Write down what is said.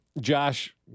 Josh